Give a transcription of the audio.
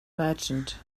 merchant